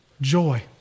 joy